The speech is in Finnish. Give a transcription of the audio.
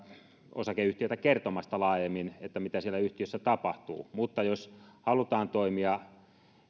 osakeyhtiötä kertomasta laajemmin mitä siellä yhtiössä tapahtuu mutta jos halutaan toimia